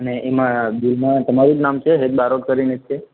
અને એમાં બિલમાં તમારું જ નામ છે હેત બારોટ કરીને છે